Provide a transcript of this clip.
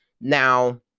Now